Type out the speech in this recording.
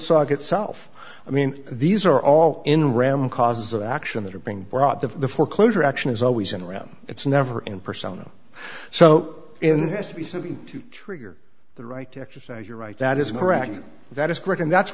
hertzog itself i mean these are all in ram causes of action that are being brought the foreclosure action is always in ram it's never in persona so in has to be something to trigger the right to exercise your right that is correct that is correct and that's